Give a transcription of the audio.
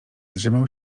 zżymał